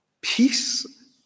Peace